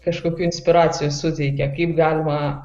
kažkokių inspiracijų suteikia kaip galima